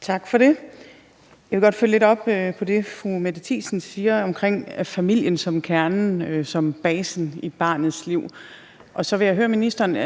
Tak for det. Jeg vil godt følge lidt op på det, som fru Mette Thiesen siger omkring familien som kernen; som basen i barnets liv. Så jeg vil høre ministeren,